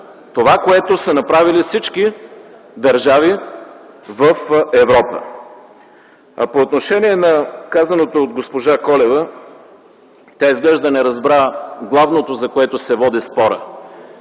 Това са направили всички държави в Европа. По отношение казаното от госпожа Колева, тя изглежда не разбра главното, за което се води спорът.